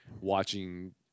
watching